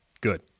good